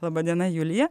laba diena julija